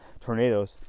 tornadoes